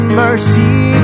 mercy